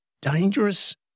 dangerous